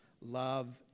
love